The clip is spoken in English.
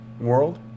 world